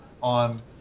on